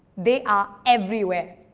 they are everywhere.